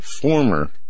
former